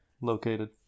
located